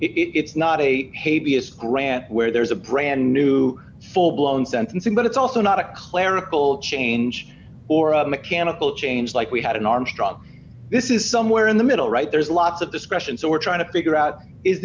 it's not a hey b s grant where there's a brand new full blown sentencing but it's also not a clerical change or a mechanical change like we had in armstrong this is somewhere in the middle right there's lots of discretion so we're trying to figure out is